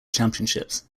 championships